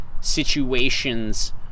situations